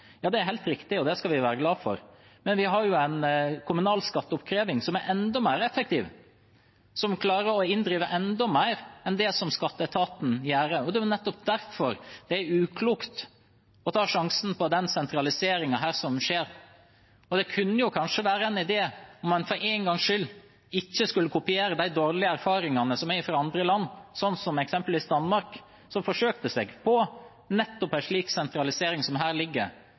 Ja, det er helt riktig, og det skal vi være glade for. Men vi har en kommunal skatteoppkreving som er enda mer effektiv, og som klarer å inndrive enda mer enn det skatteetaten gjør, og det er nettopp derfor det er uklokt å ta sjansen på den sentraliseringen som skjer. Det kunne kanskje være en idé om man for en gangs skyld ikke kopierte de dårlige erfaringene fra andre land, som eksempelvis Danmark, som forsøkte seg på nettopp en slik sentralisering. De har tapt store skatteinntekter nettopp fordi en ikke har sørget for å inndrive den skatten som